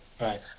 Right